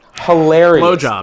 hilarious